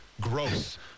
Gross